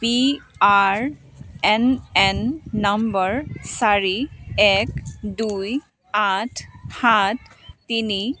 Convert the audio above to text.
P R N N number চাৰি এক দুই আঠ সাত তিনি